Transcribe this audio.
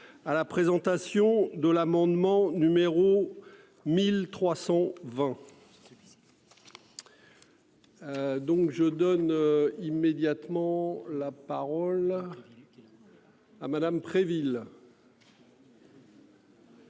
à la présentation de l'amendement numéro. 1320. Donc je donne immédiatement la parole. À Madame 13 villes.